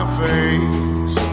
face